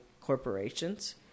corporations